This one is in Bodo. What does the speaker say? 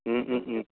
उम उम उम